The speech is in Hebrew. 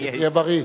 שתהיה בריא.